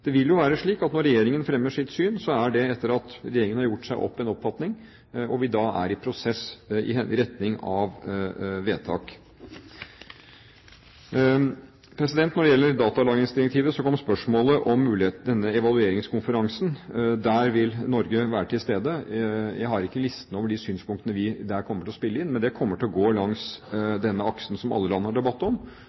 Det vil jo være slik at når regjeringen fremmer sitt syn, er det etter at regjeringen har gjort seg opp en oppfatning, og da er vi i prosess i retning av vedtak. Når det gjelder datalagringsdirektivet, kommer spørsmålet om mulighetene ved denne evalueringskonferansen. Der vil Norge være til stede. Jeg har ikke listen over de synspunktene vi der kommer til å spille inn, men det kommer til å gå langs denne aksen som alle land har debatt om: